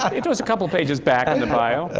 it was a couple pages back in the bio.